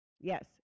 Yes